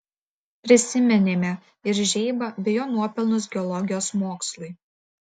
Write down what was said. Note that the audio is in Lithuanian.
prisiminėme ir žeibą bei jo nuopelnus geologijos mokslui